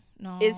No